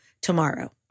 tomorrow